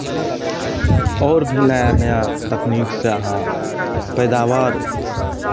आओर भी नया नया तकनीकसँ अहाँ पैदावार